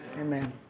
Amen